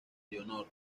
leonor